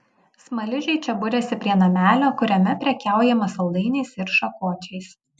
smaližiai čia buriasi prie namelio kuriame prekiaujama saldainiais ir šakočiais